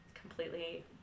Completely